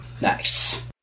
Nice